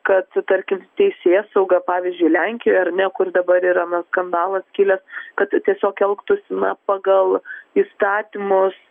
kad tarkim teisėsauga pavyzdžiui lenkijoj ar ne kur dabar yra na skandalas kilęs kad tiesiog elgtųsi na pagal įstatymus